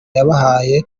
yabahaye